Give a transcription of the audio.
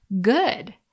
good